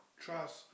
Trust